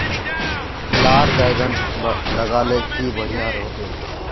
लार बैगन लगाले की बढ़िया रोहबे?